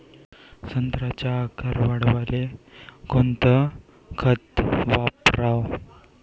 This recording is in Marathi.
संत्र्याचा आकार वाढवाले कोणतं खत वापराव?